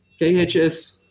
KHS